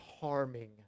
harming